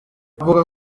avuga